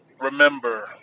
remember